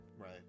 Right